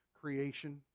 creation